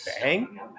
bang